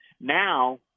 now